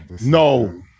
No